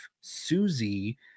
Susie